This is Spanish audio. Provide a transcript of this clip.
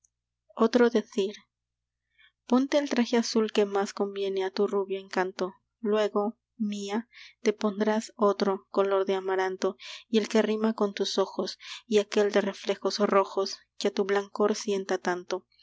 otro dezir ponte el traje azul que más conviene a tu rubio encanto luego mía te pondrás otro color de amaranto y el que rima con tus ojos y aquel de reflejos rojos que a tu blancor sienta tanto